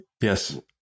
Yes